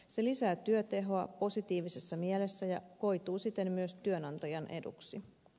se lisää työtehoa positiivisessa mielessä ja koituu siten myös työnantajan eduksi